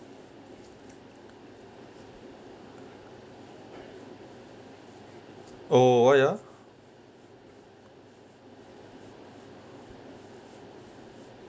oh why ya